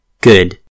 good